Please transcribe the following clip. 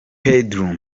pedro